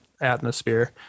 atmosphere